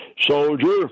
soldier